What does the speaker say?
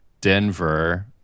Denver